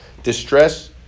distress